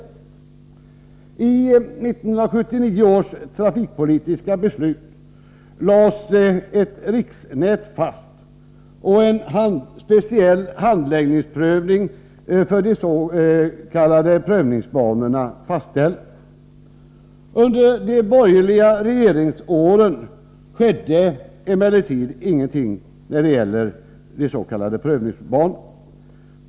I 1979 års trafikpolitiska beslut lades ett riksnät fast och en speciell handläggningsprövning för de s.k. prövningsbanorna fastställdes. Under de borgerliga regeringsåren skedde emellertid ingenting när det gäller de s.k. prövningsbanorna.